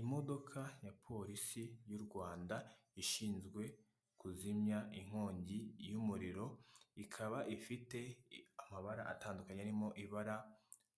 Imodoka ya polisi y'u Rwanda ishinzwe kuzimya inkongi y'umuriro ikaba ifite amabara atandukanye arimo ibara